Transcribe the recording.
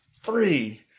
three